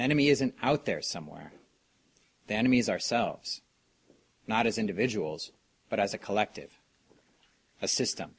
enemy isn't out there somewhere the enemy is ourselves not as individuals but as a collective a system